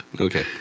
Okay